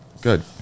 Good